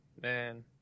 Man